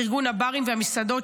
ארגון הברים והמסעדות,